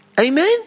Amen